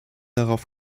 darauf